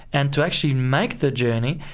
and to actually make the journey,